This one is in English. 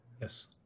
yes